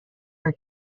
for